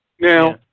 Now